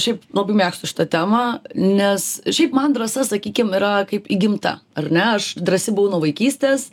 šiaip labai mėgstu šitą temą nes šiaip man drąsa sakykim yra kaip įgimta ar ne aš drąsi buvau nuo vaikystės